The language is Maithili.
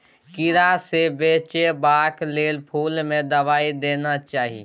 कीड़ा सँ बचेबाक लेल फुल में दवाई देना चाही